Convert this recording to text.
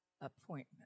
appointment